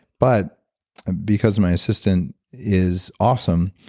but because of my assistant is awesome,